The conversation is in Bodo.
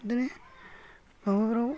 बिदिनो माबाफ्राव